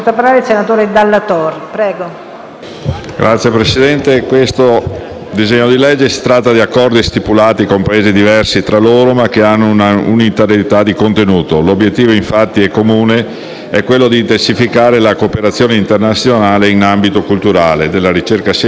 Signora Presidente, in questo disegno di legge si tratta di Accordi stipulati con Paesi diversi tra loro, ma che hanno un'unitarietà di contenuti. L'obiettivo comune, infatti, è quello di intensificare la cooperazione internazionale in ambito culturale, della ricerca scientifica e dell'istruzione.